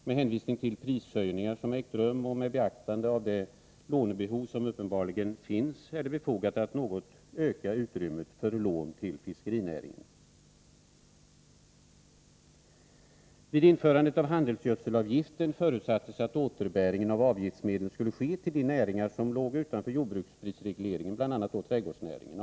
Med hänvisningar till prishöjningar som ägt rum och med beaktande av det lånebehov som uppenbarligen finns är det befogat att något öka utrymmet för lån till fiskerinäringen. Vid införandet av handelsgödselavgiften förutsattes att återbäringen av avgiftsmedel skulle ske till de näringar som låg utanför jordbruksprisregleringen, bl.a. trädgårdsnäringen.